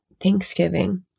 Thanksgiving